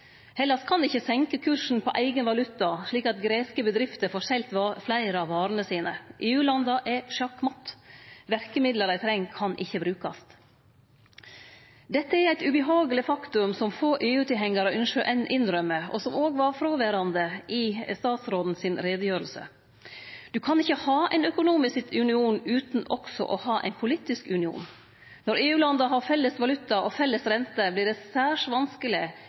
Hellas kan ikkje senke kursen på eigen valuta slik at greske bedrifter får selt fleire av varene sine. EU-landa er sjakk matt – verkemidla dei treng, kan ikkje brukast. Dette er eit ubehageleg faktum som få EU-tilhengarar ynskjer å innrømme, og som òg var fråverande i statsråden si utgreiing. Ein kan ikkje ha ein økonomisk union utan også å ha ein politisk union. Når EU-landa har felles valuta og felles rente, vert det særs vanskeleg